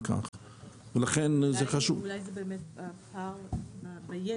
אולי היה פער בידע.